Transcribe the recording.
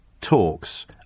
talks